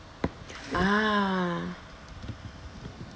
ah